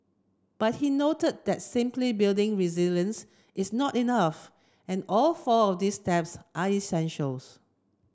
but he note that simply building resilience is not enough and all four of these steps are essentials